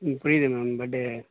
புரியுது மேம் பட்டு